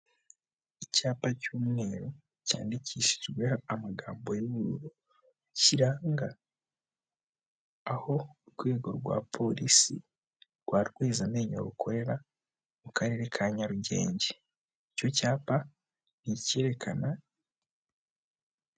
Icyapa cy'umweru cyandikishijwe amagambo y'ubururu, kiranga aho urwego rwa polisi rwa Rwezamenyo rukorera mu Karere ka Nyarugenge, icyo cyapa ni icyerekana...